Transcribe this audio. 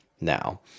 now